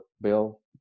Bill